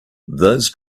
those